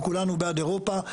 אנחנו כולנו בעד אירופה.